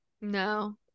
no